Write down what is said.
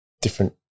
different